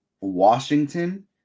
Washington